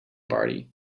party